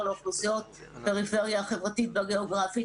לאוכלוסיות מהפריפריה החברתית והגיאוגרפית,